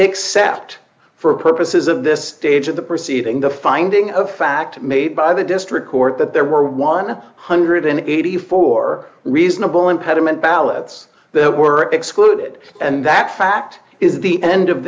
except for purposes of this stage of the proceeding the finding of fact made by the district court that there were one hundred and eighty four reasonable impediment ballots that were excluded and that fact is the end of